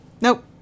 nope